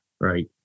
right